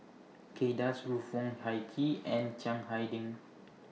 Kay Das Ruth Wong Hie King and Chiang Hai Ding